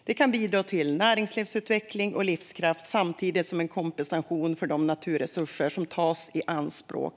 Det kan bidra till näringslivsutveckling och livskraft, samtidigt som det skapar en kompensation för de naturresurser som tas i anspråk.